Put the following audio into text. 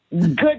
good